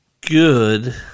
good